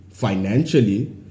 Financially